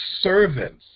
servants